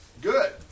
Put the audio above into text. Good